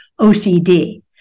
OCD